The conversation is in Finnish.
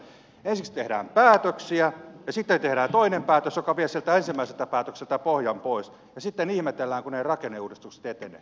ensiksi tehdään päätöksiä ja sitten tehdään toinen päätös joka vie siltä ensimmäiseltä päätökseltä pohjan pois ja sitten ihmetellään kun eivät rakenneuudistukset etene